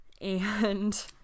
and-